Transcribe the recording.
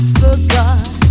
forgot